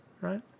right